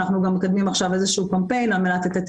אנחנו גם מקדמים עכשיו איזשהו קמפיין על מנת לתת